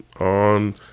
on